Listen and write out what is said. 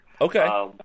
Okay